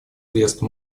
средств